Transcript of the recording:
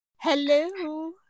Hello